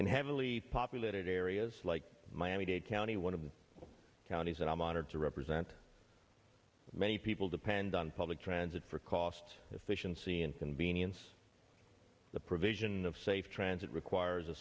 in heavily populated areas like miami dade county one of the counties that i'm honored to represent many people depend on public transit for cost efficiency and convenience the provision of safe transit requires a